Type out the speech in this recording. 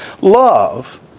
love